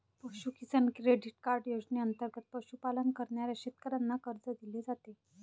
पशु किसान credit card योजनेंतर्गत पशुपालन करणाऱ्या शेतकऱ्यांना कर्ज दिले जाते